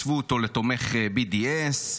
השוו אותו לתומך BDS,